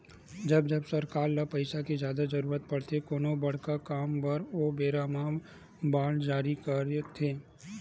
जब जब सरकार ल पइसा के जादा जरुरत पड़थे कोनो बड़का काम बर ओ बेरा म बांड जारी करथे